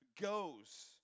goes